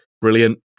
brilliant